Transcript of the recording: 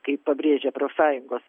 kaip pabrėžia profsąjungos